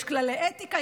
יש כללי אתיקה,